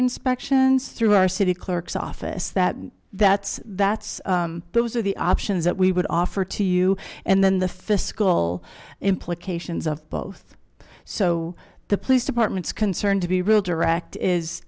inspections through our city clerk's office that that's that's those are the options that we would offer to you and then the fiscal implications of both so the police department is concerned to be real direct is